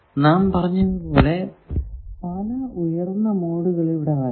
നാം പറഞ്ഞത് പോലെ പല ഉയർന്ന മോഡുകൾ ഇവിടെ വരാം